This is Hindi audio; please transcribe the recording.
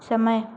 समय